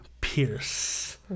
Pierce